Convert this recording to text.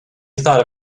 thought